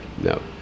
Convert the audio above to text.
No